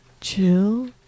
chill